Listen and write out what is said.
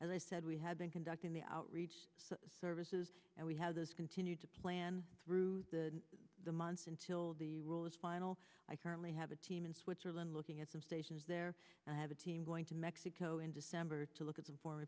and they said we had been conducting the outreach services and we have this continued to plan through the the months until the will is final i currently have a team in switzerland looking at some stations there and have a team going to mexico in december to look at them for